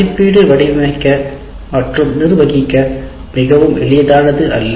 மதிப்பீடு வடிவமைக்க மற்றும் நிர்வகிக்க மிகவும் எளிதானது அல்ல